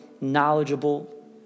knowledgeable